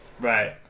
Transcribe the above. Right